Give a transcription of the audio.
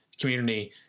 Community